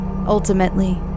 Ultimately